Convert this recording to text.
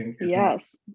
Yes